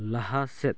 ᱞᱟᱦᱟ ᱥᱮᱫ